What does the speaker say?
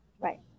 Right